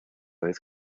vez